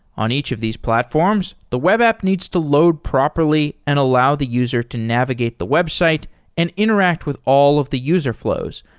on each of these platforms, the web app news to load properly and allow the user to navigate the website and interact with all of the user fl ows,